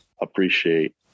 appreciate